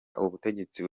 ubutegetsi